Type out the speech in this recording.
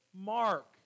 Mark